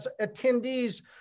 attendees